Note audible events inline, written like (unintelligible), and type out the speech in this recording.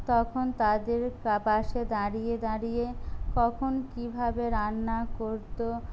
তখন তাদের (unintelligible) পাশে দাঁড়িয়ে দাঁড়িয়ে কখন কীভাবে রান্না করতো